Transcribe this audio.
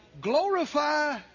Glorify